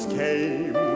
came